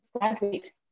graduate